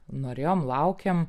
norėjom laukėm